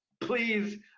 please